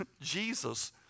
Jesus